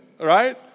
right